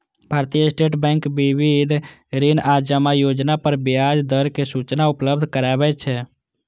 भारतीय state bank विविध ऋण आ जमा योजना पर ब्याज दर के सूचना उपलब्ध कराबै छै